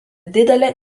didelę